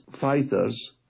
fighters